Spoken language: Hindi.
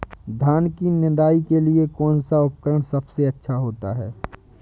धान की निदाई के लिए कौन सा उपकरण सबसे अच्छा होता है?